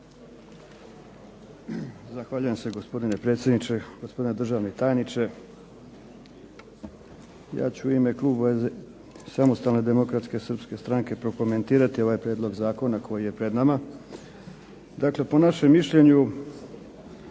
Zahvaljujem se gospodine predsjedniče, gospodine državni tajniče. Ja ću u ime kluba Samostalne demokratske srpske stranke prokomentirati ovaj prijedlog zakona koji je pred nama. Dakle po našem mišljenju